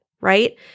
right